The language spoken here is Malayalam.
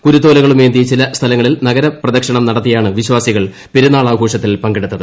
കുരുത്തോലകളുമേന്തി ചില സ്ഥല ങ്ങളിൽ നഗരപ്രദക്ഷിണം നടത്തിയാണ് വിശ്വാസികൾ പെരുന്നാൾ ആഘോഷത്തിൽ പങ്കെടുത്തത്